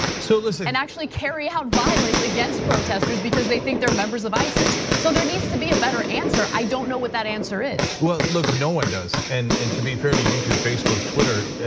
so listen. and actually carry out violence against protesters because they think they're members of isis. so there needs to be a better answer. i don't know what that answer is. well, look, no one does and and to be fair to youtube, facebook, twitter,